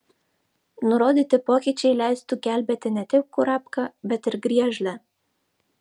nurodyti pokyčiai leistų gelbėti ne tik kurapką bet ir griežlę